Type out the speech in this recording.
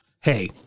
hey